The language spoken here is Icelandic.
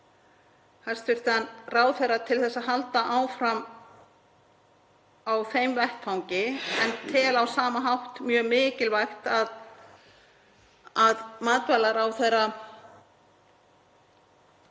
hæstv. ráðherra til að halda áfram á þeim vettvangi en tel á sama hátt mjög mikilvægt að matvælaráðherra